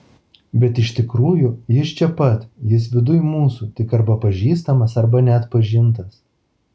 bet iš tikrųjų jis čia pat jis viduj mūsų tik arba pažįstamas arba neatpažintas